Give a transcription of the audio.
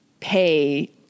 pay